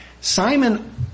Simon